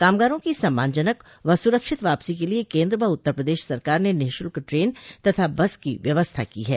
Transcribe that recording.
कामगारों की सम्मानजनक व सुरक्षित वापसी के लिए केन्द्र व उत्तर प्रदेश सरकार ने निःशुल्क ट्रेन तथा बस की व्यवस्था की है